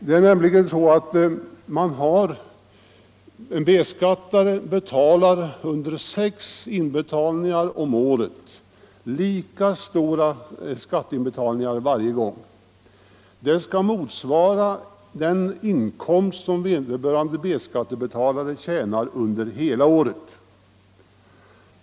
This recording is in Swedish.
Det är nämligen så, att de som betalar B-skatt genom sex inbetalningar om året gör lika stora skatteinbetalningar varje gång. Dessa skatteinbetalningar skall motsvara den inkomst som vederbörande B-skattebetalare tjänar under hela året.